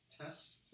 tests